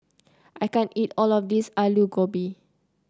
I can't eat all of this Alu Gobi